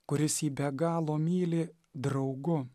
kuris jį be galo myli draugu